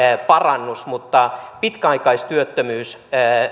parannus mutta pitkäaikaistyöttömyys